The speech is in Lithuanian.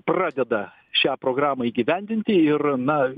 pradeda šią programą įgyvendinti ir na